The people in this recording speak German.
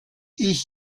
ich